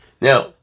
Now